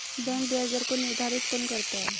Bank ब्याज दर को निर्धारित कौन करता है?